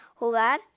Jugar